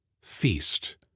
feast